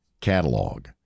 catalog